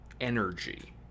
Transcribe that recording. energy